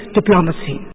diplomacy